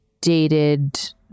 dated